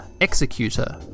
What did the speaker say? Executor